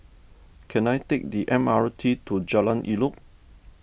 can I take the M R T to Jalan Elok